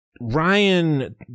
Ryan